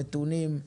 נתונים,